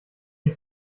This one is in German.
ihn